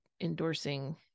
endorsing